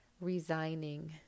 resigning